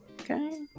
okay